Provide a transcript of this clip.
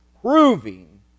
proving